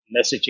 messaging